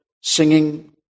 singing